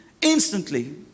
Instantly